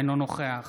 אינו נוכח